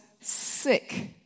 sick